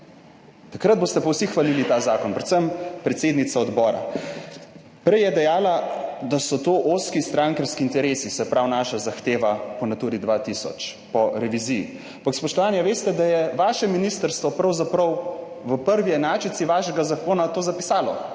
Takrat boste pa vsi hvalili ta zakon, predvsem predsednica odbora. Prej je dejala, da so to ozki strankarski interesi, se pravi, naša zahteva po Naturi 2000 po reviziji. Ampak spoštovani, veste, da je vaše ministrstvo pravzaprav v prvi enačici vašega zakona to zapisalo